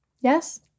Yes